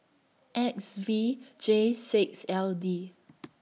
X V J six L D